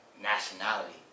nationality